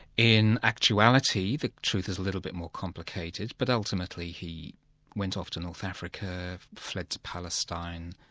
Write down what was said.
in actuality, the truth is a little bit more complicated, but ultimately he went off to north africa, fled to palestine,